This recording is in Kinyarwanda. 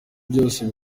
vyose